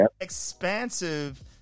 expansive